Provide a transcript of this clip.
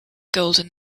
golden